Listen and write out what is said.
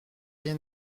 rien